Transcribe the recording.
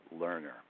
learner